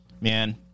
Man